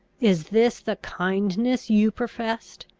is this the kindness you professed?